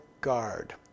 guard